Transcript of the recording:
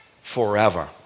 forever